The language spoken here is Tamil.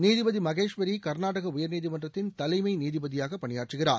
நீதிபதி மகேஷ்வரி கர்நாடகா உயர்நீதிமன்றத்தின் தலைமை நீதிபதியாக பணியாற்றுகிறார்